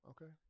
Okay